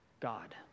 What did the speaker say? God